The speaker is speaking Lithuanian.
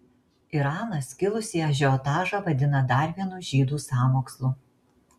iranas kilusį ažiotažą vadina dar vienu žydų sąmokslu